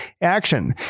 action